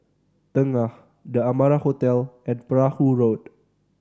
Tengah The Amara Hotel and Perahu Road